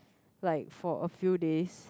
like for a few days